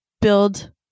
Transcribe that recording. build